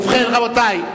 ובכן, רבותי,